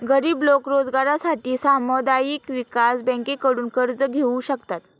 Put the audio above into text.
गरीब लोक रोजगारासाठी सामुदायिक विकास बँकांकडून कर्ज घेऊ शकतात